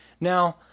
Now